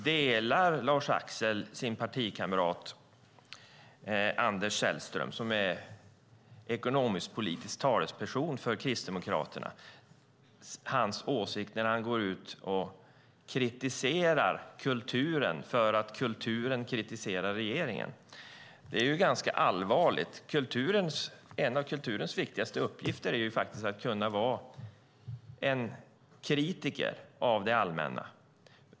Delar Lars-Axel sin partikamrat Anders Sellströms - ekonomisk-politisk talesperson för Kristdemokraterna - kritik mot kulturen för att kulturen kritiserar regeringen? Det är allvarligt. En av kulturens viktigaste uppgifter är vara en kritiker av det allmänna.